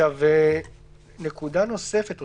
כלומר לא עושים עכשיו יוזמות חדשות